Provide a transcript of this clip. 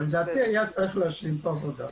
אבל לדעתי היה צריך להשלים פה עבודה.